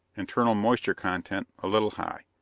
internal moisture-content, a little high.